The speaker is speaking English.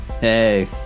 Hey